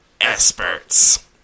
experts